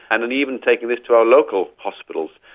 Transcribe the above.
and and even taking this to our local hospitals.